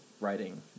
writing